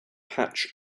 patch